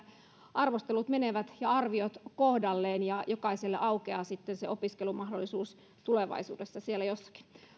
arvostelut ja arviot menevät kohdalleen ja jokaiselle aukeaa se opiskelumahdollisuus tulevaisuudessa siellä